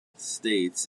states